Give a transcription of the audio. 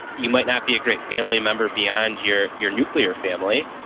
you might not be a great family member beyond your your nuclear family.